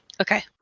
Okay